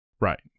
Right